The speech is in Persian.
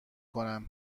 کنن